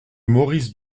maurice